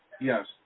Yes